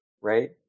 right